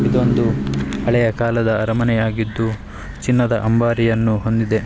ಇದೊಂದು ಹಳೆಯ ಕಾಲದ ಅರಮನೆಯಾಗಿದ್ದು ಚಿನ್ನದ ಅಂಬಾರಿಯನ್ನು ಹೊಂದಿದೆ